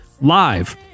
live